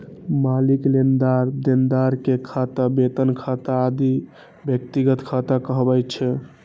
मालिक, लेनदार, देनदार के खाता, वेतन खाता आदि व्यक्तिगत खाता कहाबै छै